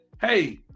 hey